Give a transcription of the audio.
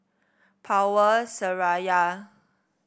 Power Seraya